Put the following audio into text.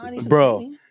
Bro